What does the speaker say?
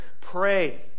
pray